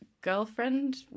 girlfriend